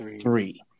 three